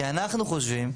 כי אנחנו חושבים,